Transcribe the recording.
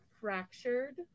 fractured